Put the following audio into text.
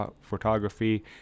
photography